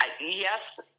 Yes